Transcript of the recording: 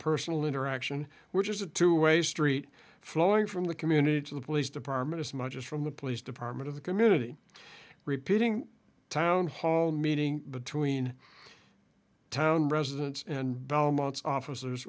personal interaction which is a two way street flowing from the community to the police department as much as from the police department of the community ripping a town hall meeting between town residents and